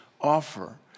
offer